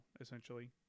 essentially